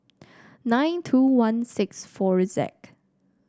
nine two one six four Z